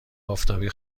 آفتابی